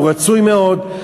הוא רצוי מאוד,